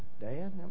Dad